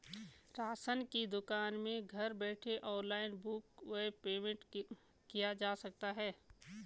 Ration की दुकान में घर बैठे ऑनलाइन बुक व पेमेंट किया जा सकता है?